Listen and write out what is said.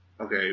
okay